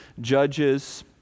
Judges